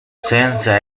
senza